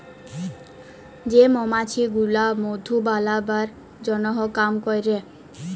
যে মমাছি গুলা মধু বালাবার জনহ কাম ক্যরে